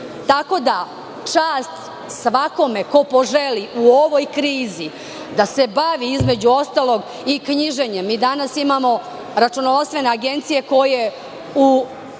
da čast svakome ko poželi u ovoj krizi da se bavi između ostalog i knjiženjem. Danas imamo računovodstvene agencije koje u